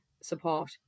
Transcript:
support